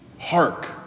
Hark